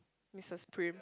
Mrs-Prym